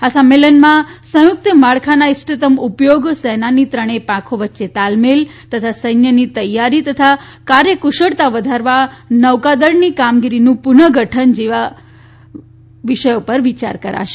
આ સંમેલનમાં સંયુકત માળખાના ઇષ્ટતમ ઉપયોગ સેનાની ત્રણેય પાંખો વચ્ચે તાલમેળ તથા સૈન્યની તૈયારી અને કાર્યકુશળતા વધારવા નૌકાદળનો કામગીરીનું પુનઃ ગઠન પર વિચાર કરાશે